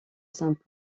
saint